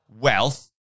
wealth